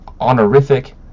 honorific